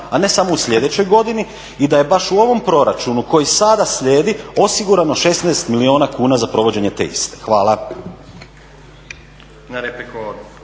a ne samo u slijedećoj godini i da je baš u ovom proračunu koji sada slijedi osigurano 16 milijuna kuna za provođenje te iste. Hvala.